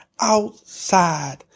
outside